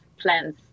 plans